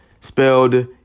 spelled